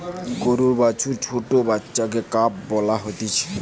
গরুর বাছুর বা ছোট্ট বাচ্চাকে কাফ বলা হতিছে